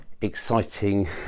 exciting